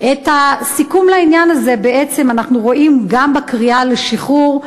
את הסיכום לעניין הזה בעצם אנחנו רואים גם בקריאה לשחרור,